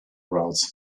routes